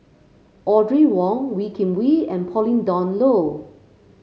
Audrey Wong Wee Kim Wee and Pauline Dawn Loh